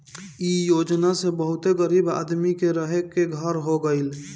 इ योजना से बहुते गरीब आदमी के रहे के घर हो गइल